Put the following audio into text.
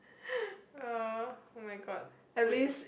uh oh my god wait